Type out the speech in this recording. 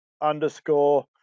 underscore